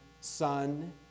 son